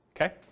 okay